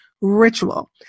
ritual